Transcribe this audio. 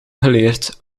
geleerd